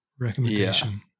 recommendation